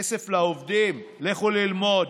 כסף לעובדים, לכו ללמוד,